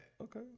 Okay